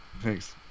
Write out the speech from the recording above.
thanks